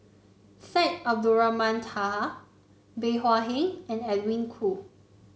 Syed Abdulrahman Taha Bey Hua Heng and Edwin Koo